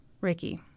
Ricky